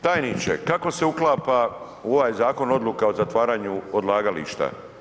Tajniče, kako se uklapa u ovaj zakon odluka o zatvaranju odlagališta?